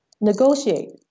negotiate